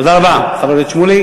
תודה רבה, חבר הכנסת שמולי.